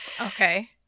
okay